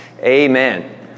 Amen